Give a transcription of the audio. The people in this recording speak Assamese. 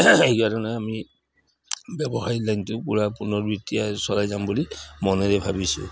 সেইকাৰণে আমি ব্যৱসায় লাইনটো পুৰা চলাই যাম বুলি মনেৰে ভাবিছোঁ